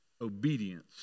obedience